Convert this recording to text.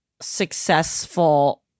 successful